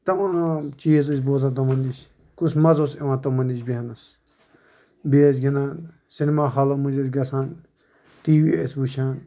تمام چِیٖز ٲسۍ بوزان تِمَن نِش کُس مزٕ اوس یوان تِمَن نِش بیٚیہِ ٲسۍ گِنٛدان سیٚنما حالو منٛز ٲسۍ گژھان ٹِی وِی ٲسۍ وُچھان